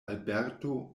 alberto